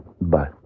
Bye